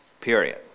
Period